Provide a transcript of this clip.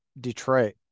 Detroit